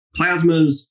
plasmas